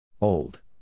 Old